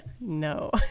no